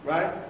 Right